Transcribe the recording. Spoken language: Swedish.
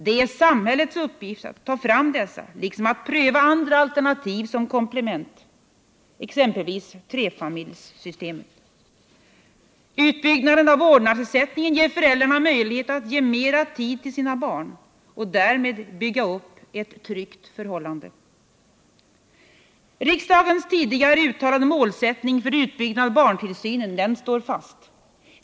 Det är samhällets uppgift att ta fram dessa liksom att pröva andra alternativ som komplement, exempelvis trefamiljssystemet. Utbyggnaden av vårdnadsersättningen ger föräldrarna möjlighet att ge mera tid till sina barn och därmed bygga upp ett tryggt förhållande. Riksdagens tidigare uttalade målsättning för utbyggnaden av barntillsynen står fast.